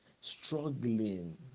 struggling